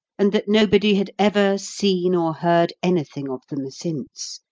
and that nobody had ever seen or heard anything of them since,